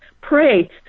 pray